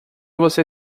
você